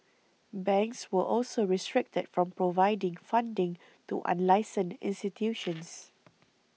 banks were also restricted from providing funding to unlicensed institutions